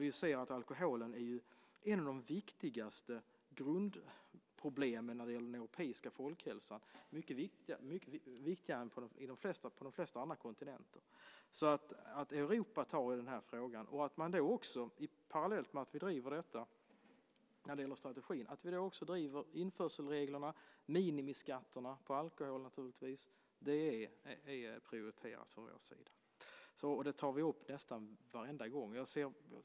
Vi ser att alkoholen är ett av de viktigaste grundproblemen när det gäller den europeiska folkhälsan - mycket viktigare än på de flesta andra kontinenter. Europa tar tag i frågan. Parallellt med att vi driver denna strategi ska vi driva frågorna om införselreglerna och minimiskatterna på alkohol. Det är prioriterat från vår sida. Det tar vi upp nästan varenda gång.